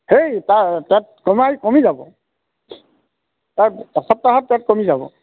সেই তাৰ পেট কমাই কমি যাব তাৰ এসপ্তাহত পেট কমি যাব